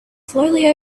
slowly